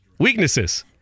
weaknesses